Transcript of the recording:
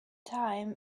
time